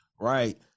Right